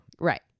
right